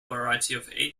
variety